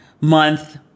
month